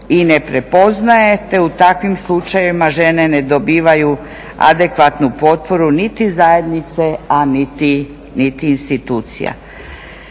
i ne prepoznaje te u takvim slučajevima žene ne dobivaju adekvatnu potporu niti zajednice a niti institucija.